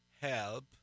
help